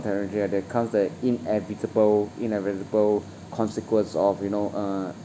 technology that comes at inevitable inevitable consequence of you know uh